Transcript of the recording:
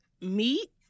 meat